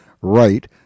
right